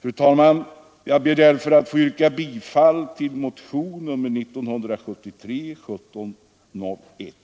Fru talman! Jag ber därför att få yrka bifall till motionen 1701 år 1973.